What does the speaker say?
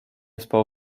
spał